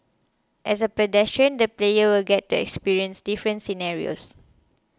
as a pedestrian the player will get to experience different scenarios